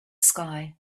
sky